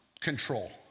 control